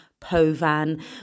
Povan